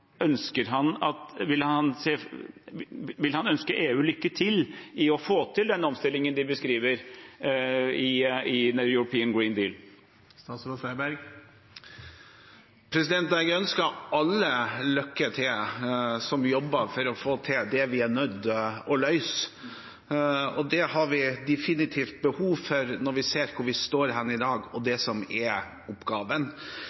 Vil han ønske EU lykke til med å få til den omstillingen de beskriver i European Green Deal? Jeg ønsker alle som jobber for å få til det vi er nødt til å løse, lykke til. Det har vi definitivt behov for når vi ser hvor vi står i dag, og